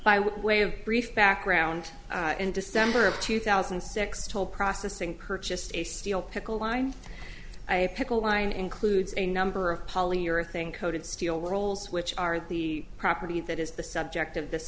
by way of brief background in december of two thousand and six told processing purchased a steel pickle line i pick a line includes a number of polyurethane coated steel rolls which are the property that is the subject of this